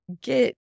get